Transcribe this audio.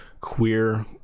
queer